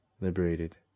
liberated